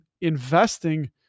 investing